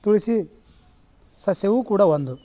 ತುಳಸಿ ಸಸ್ಯವೂ ಕೂಡ ಒಂದು